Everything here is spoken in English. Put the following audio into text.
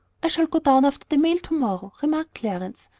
i shall go down after the mail to-morrow, remarked clarence,